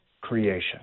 creation